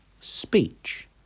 speech